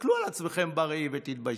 תסתכלו על עצמכם בראי ותתביישו.